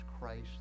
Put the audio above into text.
Christ